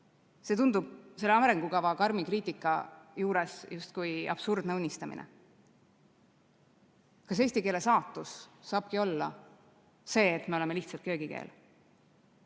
See tundub selle arengukava karmi kriitika juures justkui absurdne unistamine. Kas eesti keele saatus saabki olla see, et me oleme lihtsalt köögikeel?